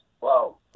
Wow